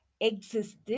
existed